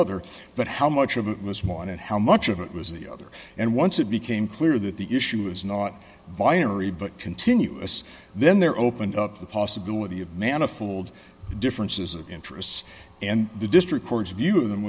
other but how much of it was mine and how much of it was the other and once it became clear that the issue is not vinery but continuous then there opened up the possibility of manifold differences of interests and the district court's view of them